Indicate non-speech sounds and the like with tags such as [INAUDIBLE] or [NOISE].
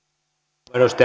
arvoisa [UNINTELLIGIBLE]